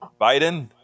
Biden